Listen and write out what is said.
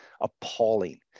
appalling